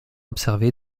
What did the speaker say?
observée